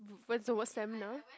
went to a seminar